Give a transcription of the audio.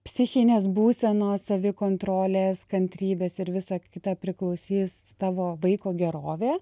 psichinės būsenos savikontrolės kantrybės ir visa kita priklausys tavo vaiko gerovė